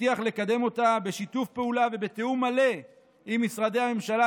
מבטיח לקדם אותה בשיתוף פעולה ובתיאום מלא עם משרדי הממשלה,